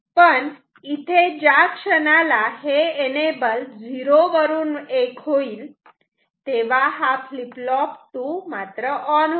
पण ज्या क्षणाला हे एनेबल 0 वरून 1 होईल तेव्हा फ्लीप फ्लॉप 2 ऑन होईल